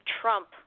Trump